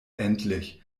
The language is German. endlich